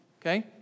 okay